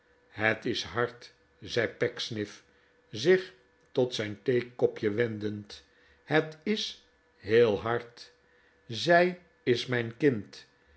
het is hard zei pecksniff zich tot zijn theekopje wendend het is heel hard zij is mijn kind